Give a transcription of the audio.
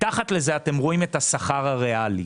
מתחת לזה אתם רואים את השכר הריאלי